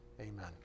Amen